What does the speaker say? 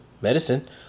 medicine